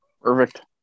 Perfect